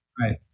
Right